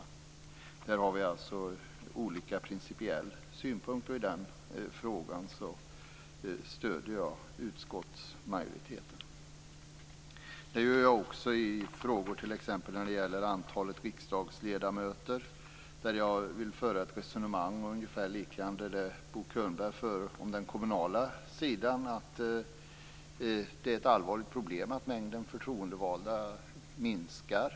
I den här frågan har vi alltså olika principiella synpunkter, och jag stöder här utskottsmajoriteten. Detsamma gäller frågan om antalet riksdagsledamöter. Jag vill där föra ett resonemang som liknar det som Bo Könberg för i fråga om den kommunala sidan. Det är ett allvarligt problem att mängden förtroendevalda minskar.